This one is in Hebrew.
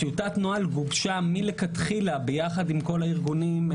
טיוטת הנוהל גובשה מלכתחילה ביחד עם כל הארגונים.